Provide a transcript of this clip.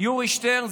יורי שטרן,